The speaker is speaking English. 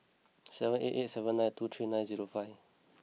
seven eight eight seven nine two three nine zero five